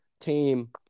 team